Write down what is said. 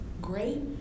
great